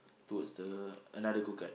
towards the another go-kart